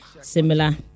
similar